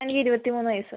എനിക്ക് ഇരുപത്തിമൂന്ന് വയസ്സ്